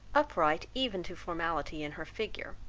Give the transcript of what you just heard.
upright, even to formality, in her figure,